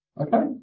Okay